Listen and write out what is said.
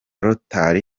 rotary